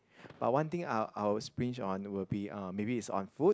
but one thing I will I will splinge on will be uh maybe is on food